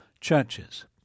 churches